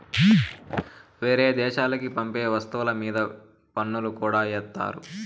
వేరే దేశాలకి పంపే వస్తువుల మీద పన్నులు కూడా ఏత్తారు